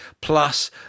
plus